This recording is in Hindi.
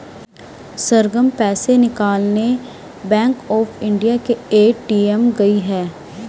सरगम पैसे निकालने बैंक ऑफ इंडिया के ए.टी.एम गई है